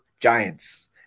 Giants